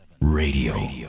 Radio